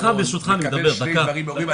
אני מקבל שני דברים מההורים,